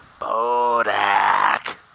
Bodak